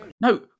No